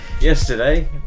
yesterday